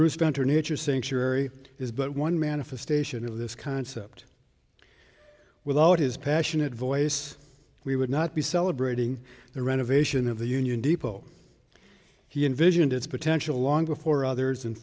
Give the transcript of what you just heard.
bruce gunter nature sanctuary is but one manifestation of this concept without his passionate voice we would not be celebrating the renovation of the union depot he envisioned its potential long before others and